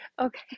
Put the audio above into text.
okay